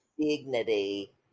dignity